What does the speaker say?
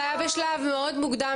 זה היה בשלב מוקדם,